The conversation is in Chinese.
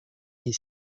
一些